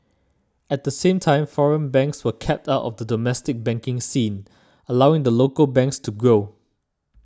at the same time foreign banks were kept out of the domestic banking scene allowing the local banks to grow